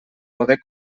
poder